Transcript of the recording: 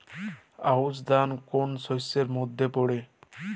আউশ ধান কোন শস্যের মধ্যে পড়ে?